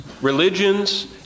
religions